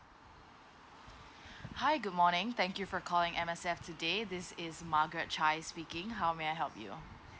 hi good morning thank you for calling M_S_F today this is margaret chai speaking how may I help you